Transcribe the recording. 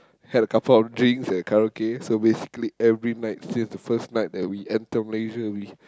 had a couple of drinks at karaoke so basically every night since the first night that we enter Malaysia we